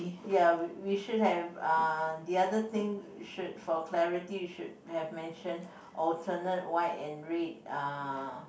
yeah we we should have uh the other thing we should for clarity we should have mentioned alternate white and red uh